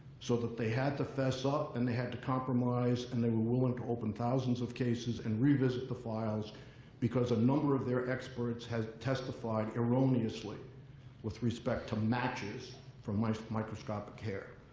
so that they had to fess up. and they had to compromise. and they were willing to open thousands of cases and revisit the files because a number of their experts had testified erroneously with respect to matches from my microscopic hair.